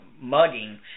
mugging